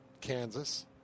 Kansas